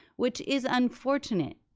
which is unfortunate.